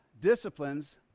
disciplines